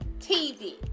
TV